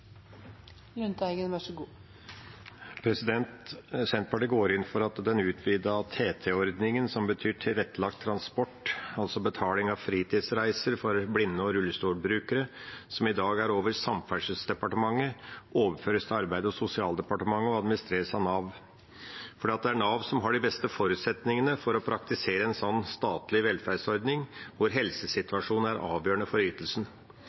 Senterpartiet går inn for at den utvidede TT-ordningen, som gjelder tilrettelagt transport, altså betaling av fritidsreiser for blinde og rullestolbrukere, som i dag finansieres over Samferdselsdepartementets budsjett, overføres til Arbeids- og sosialdepartementet og administreres av Nav. For det er Nav som har de beste forutsetningene for å praktisere en slik statlig velferdsordning, hvor helsesituasjonen er avgjørende for ytelsen.